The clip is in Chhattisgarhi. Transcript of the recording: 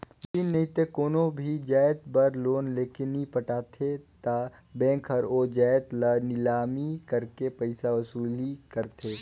मसीन नइते कोनो भी जाएत बर लोन लेके नी पटाबे ता बेंक हर ओ जाएत ल लिलामी करके पइसा वसूली करथे